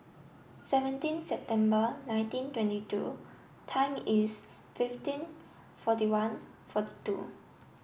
seventeen September nineteen twenty two time is fifteen forty one forty two